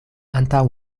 antaŭ